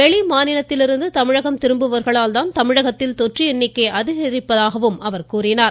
வெளிமாநிலத்திலிருந்து தமிழகம் திரும்புபவர்களால் தமிழகத்தில் தொற்று எண்ணிக்கை அதிகரிப்பதாக கூறினார்